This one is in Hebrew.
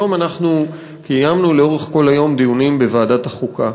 היום אנחנו קיימנו לאורך כל היום דיונים בוועדת החוקה